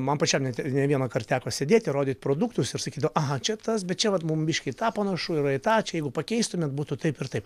man pačiam net ir ne vienąkart teko sėdėti rodyt produktus ir sakydavo aha čia tas bet čia vat mum biškį į tą panašu yra į tą čia jeigu pakeistumėt būtų taip ir taip